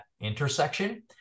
intersection